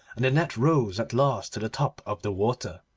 and the net rose at last to the top of the water.